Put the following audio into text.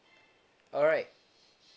alright